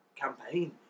campaign